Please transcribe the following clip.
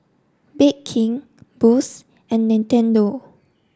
Bake King Boost and Nintendo